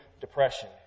depression